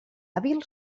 hàbil